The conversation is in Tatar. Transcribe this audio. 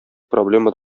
проблема